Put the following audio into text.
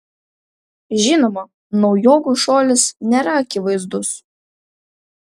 žinoma naujokui šuolis nėra akivaizdus